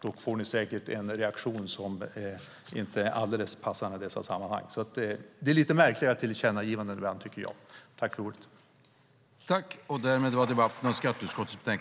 Då får ni säkert en reaktion som inte är alldeles passande i dessa sammanhang. Det är lite märkliga tillkännagivandena ibland, tycker jag.